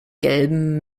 gelben